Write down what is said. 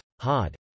HOD